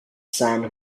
sant